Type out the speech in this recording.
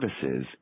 services